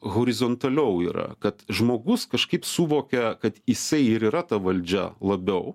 horizontaliau yra kad žmogus kažkaip suvokia kad jisai ir yra ta valdžia labiau